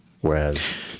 whereas